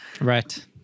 right